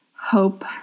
hope